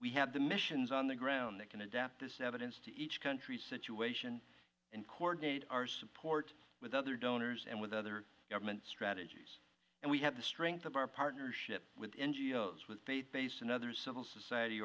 we have the missions on the ground that can adapt this evidence to each country situation and coordinate our support with other donors and with other governments strategies and we have the strength of our partnership with n g o s with faith based and others civil society